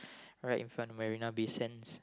right in front of Marina-Bay-Sands